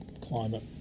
climate